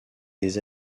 des